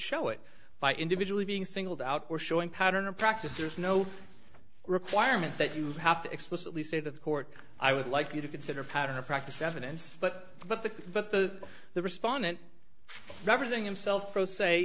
show it by individual being singled out or showing pattern or practice there's no requirement that you have to explicitly say to the court i would like you to consider a pattern or practice evidence but but the but the the respondent representing himself pro s